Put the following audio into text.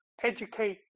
educate